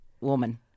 woman